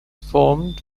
formed